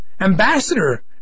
ambassador